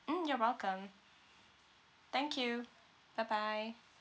mm you're welcome thank you bye bye